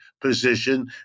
position